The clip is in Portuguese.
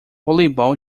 voleibol